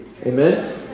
Amen